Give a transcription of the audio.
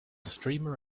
streamer